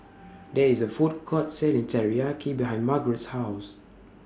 There IS A Food Court Selling Teriyaki behind Margarete's House